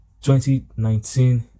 2019